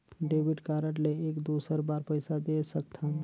Debit card ले एक दुसर बार पइसा दे सकथन?